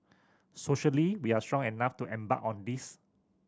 socially we are strong enough to embark on this